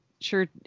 sure